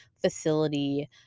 facility